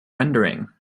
rendering